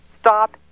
stop